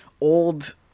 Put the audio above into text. old